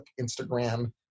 Instagram